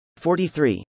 43